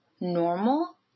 normal